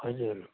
हजुर